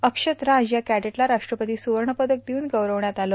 अक्षत राज या कैंडेट ला राष्ट्रपती सुवर्ण पदक देऊन गौरवण्यात आलं